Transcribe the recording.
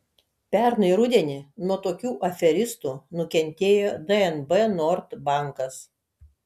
pernai rudenį nuo tokių aferistų nukentėjo dnb nord bankas